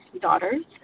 daughters